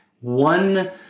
one